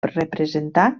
representar